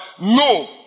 No